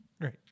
Great